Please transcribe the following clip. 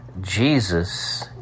Jesus